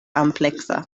ampleksa